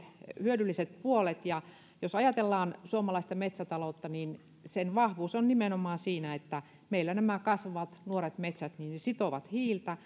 hyödylliset puolet jos ajatellaan suomalaista metsätaloutta niin sen vahvuus on nimenomaan siinä että meillä nämä kasvavat nuoret metsät sitovat hiiltä